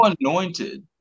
anointed